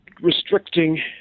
restricting